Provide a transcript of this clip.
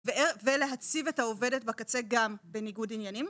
ולהציב את העובדת בקצה גם בניגוד עניינים.